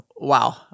Wow